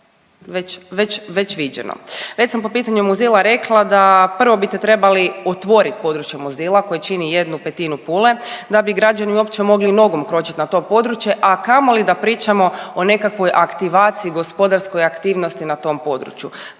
već viđeno. Već sam po pitanju Muzila rekla da prvo bi te trebali otvorit područje Muzila koje čini jednu petinu Pule da bi građani uopće mogli nogom kročit na to područje, a kamoli da pričamo o nekakvoj aktivaciji gospodarskoj aktivnosti na tom području.